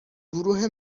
گروه